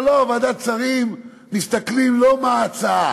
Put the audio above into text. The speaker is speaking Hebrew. אבל לא, ועדת שרים לא מסתכלת מה ההצעה